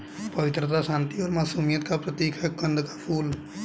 पवित्रता, शांति और मासूमियत का प्रतीक है कंद का फूल